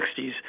1960s